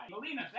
Melina